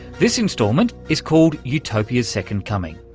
this instalment is called utopia's second coming.